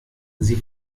sie